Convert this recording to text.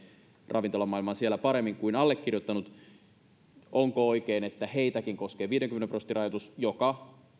ravintolamaailman siellä paremmin kuin allekirjoittanut niin onko oikein että heitäkin koskee viidenkymmenen prosentin rajoitus joka